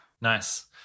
Nice